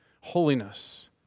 Holiness